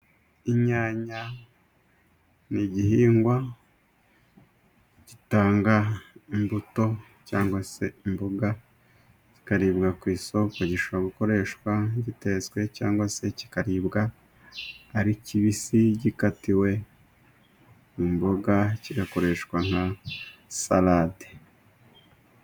Inyanya ni igihingwa gitanga imbuto cyangwa se imboga zikaribwa ku isoko gishoborakoreshwa gitetswe cyangwa se kikaribwa ari kibisi gikatiwe, ku imboga kigakoreshwa nka salade.